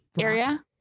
area